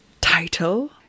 title